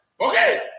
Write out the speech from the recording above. Okay